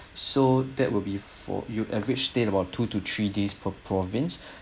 so that will be for you average stay in about two to three days per province